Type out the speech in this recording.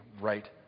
right